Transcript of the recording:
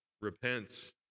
repents